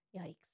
Yikes